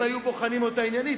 אם הם היו בוחנים אותה עניינית,